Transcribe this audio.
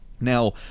Now